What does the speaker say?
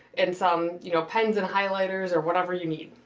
and some you know pens and highlighters or whatever you need.